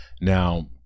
now